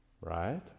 right